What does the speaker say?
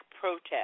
protest